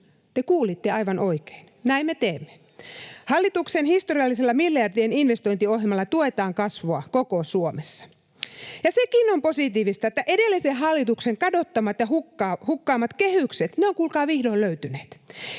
te kuulitte aivan oikein, näin me teemme. Hallituksen historiallisella miljardien investointiohjelmalla tuetaan kasvua koko Suomessa. Sekin on positiivista, että edellisen hallituksen kadottamat ja hukkaamat kehykset ovat, kuulkaa, vihdoin löytyneet,